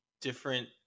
different